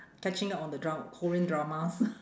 catching up on the dram~ korean dramas